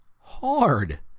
hard